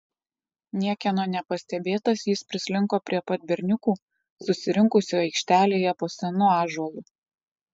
niekieno nepastebėtas jis prislinko prie pat berniukų susirinkusių aikštelėje po senu ąžuolu